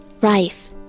Rife